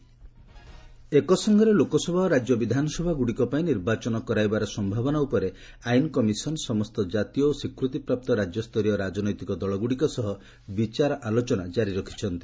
ଲ commission polls ଏକ ସଙ୍ଗରେ ଲୋକସଭା ଓ ରାଜ୍ୟ ବିଧାନସଭାଗୁଡ଼ିକ ପାଇଁ ନିର୍ବାଚନ କରାଇବାର ସମ୍ଭାବନା ଉପରେ ଆଇନ କମିଶନ୍ ସମସ୍ତ ଜାତୀୟ ଓ ସ୍ୱୀକୃତିପ୍ରାପ୍ତ ରାଜ୍ୟସ୍ତରୀୟ ରାଜନୈତିକ ଦଳଗ୍ରଡ଼ିକ ସହ ବିଚାର ଆଲୋଚନା ଜାରି ରଖିଛନ୍ତି